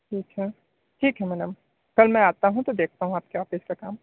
ठीक है ठीक है मैडम कल मैं आता हूँ तो देखता हूँ आपके ऑफिस का काम